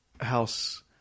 house